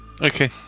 Okay